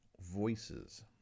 voices